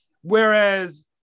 Whereas